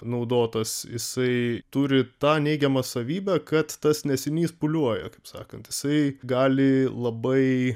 naudotas jisai turi tą neigiamą savybę kad tas nesinys pūliuoja kaip sakant jisai gali labai